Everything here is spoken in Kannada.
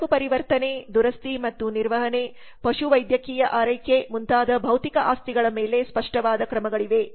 ಸರಕು ಪರಿವರ್ತನೆ ದುರಸ್ತಿ ಮತ್ತು ನಿರ್ವಹಣೆ ಪಶುವೈದ್ಯಕೀಯ ಆರೈಕೆ ಮುಂತಾದ ಭೌತಿಕ ಆಸ್ತಿಗಳ ಮೇಲೆ ಸ್ಪಷ್ಟವಾದ ಕ್ರಮಗಳಿವೆ